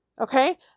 Okay